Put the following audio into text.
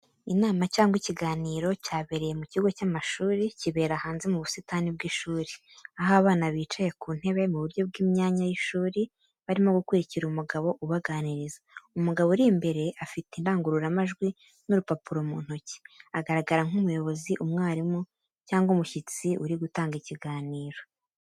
Inama cyangwa ikiganiro cyabereye mu kigo cy'amashuri, kibera hanze mu busitani bw'ishuri, aho abana bicaye ku ntebe mu buryo bw’imyanya y’ishuri, barimo gukurikira umugabo ubaganiriza. Umugabo uri imbere afite indangururamajwi n’urupapuro mu ntoki, agaragara nk’umuyobozi, umwarimu, cyangwa umushyitsi uri gutanga ikiganiro.